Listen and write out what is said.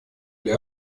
для